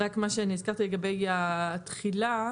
לגבי התחילה,